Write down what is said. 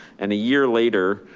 and a year later,